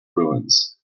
ruins